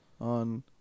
on